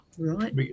Right